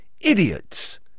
idiots